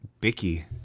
Bicky